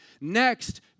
Next